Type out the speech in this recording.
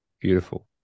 Beautiful